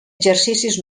exercicis